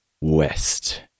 West